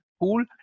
pool